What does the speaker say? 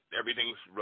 everything's